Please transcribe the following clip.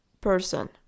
person